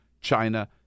China